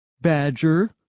Badger